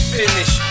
finish